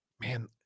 man